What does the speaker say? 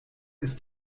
ist